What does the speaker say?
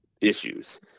issues